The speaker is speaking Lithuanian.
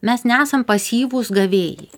mes nesam pasyvūs gavėjai